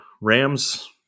Rams